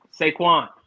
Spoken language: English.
Saquon